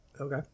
Okay